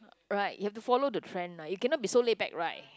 right you have to follow the trend right you cannot be so laid back right